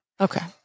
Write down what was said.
Okay